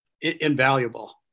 invaluable